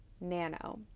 nano